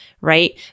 right